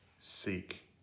Seek